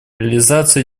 реализация